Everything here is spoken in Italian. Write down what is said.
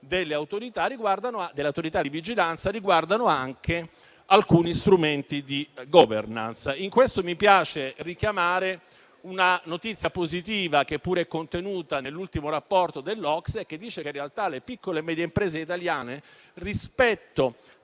delle autorità di vigilanza e anche alcuni strumenti di *governance*. A tale proposito mi piace richiamare una notizia positiva che è contenuta nell'ultimo rapporto dell'OCSE, secondo cui in realtà le piccole e medie imprese italiane hanno